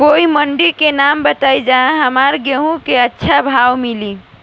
कोई मंडी के नाम बताई जहां हमरा गेहूं के अच्छा भाव मिले?